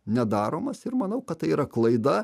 nedaromas ir manau kad tai yra klaida